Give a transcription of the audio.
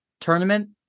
tournament